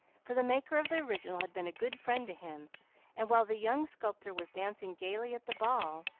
for the maker of the original had been a good friend to him and, while the young sculptor was dancing gayly at the ball,